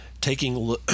Taking